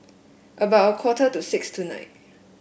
about a quarter to six tonight